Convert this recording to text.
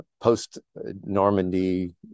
post-Normandy